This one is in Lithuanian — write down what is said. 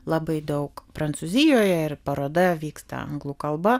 labai daug prancūzijoje ir paroda vyksta anglų kalba